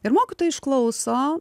ir mokytoja išklauso